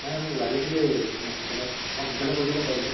নাই মোক লাগিছিলেই মানে সোনকালে অকণমান সোনকালে কৰি দিব পাৰিলে